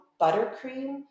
buttercream